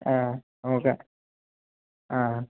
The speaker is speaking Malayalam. ആ ഓക്കെ ആ